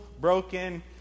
broken